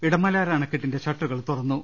ഇടമ ലയാർ അണക്കെട്ടിന്റെ ഷട്ടറുകൾ തുറന്നു